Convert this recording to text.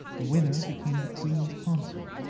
the winner became the queen's consort.